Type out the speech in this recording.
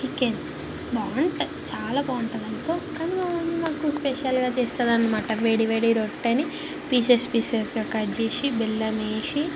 chicken బాగుంటుంది చాలా బాగుంటుందనుకో కాని మా మమ్మీ నాకు స్పెషల్గా చేస్తుంది అన్నమాట వేడి వేడి రొట్టెని పీసెస్ పీసెస్గా కట్ చేసి బెల్లమేసి